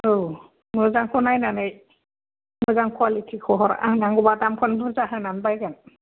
औ मोजांखौ नायनानै मोजां कुवालिटिखौ हर आं नांगौबा दामखौनो बुरजा होनानै बायगोन